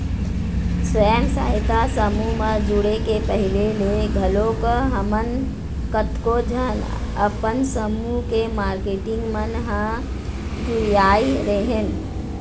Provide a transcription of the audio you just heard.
स्व सहायता समूह म जुड़े के पहिली ले घलोक हमन कतको झन अपन समूह के मारकेटिंग मन ह जुरियाय रेहेंन